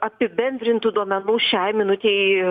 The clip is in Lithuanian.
apibendrintų duomenų šiai minutei